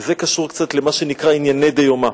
וזה קשור קצת למה שנקרא ענייני דיומא.